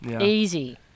easy